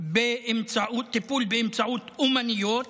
בטיפול באמצעות אומנויות,